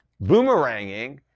boomeranging